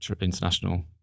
international